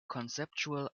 conceptual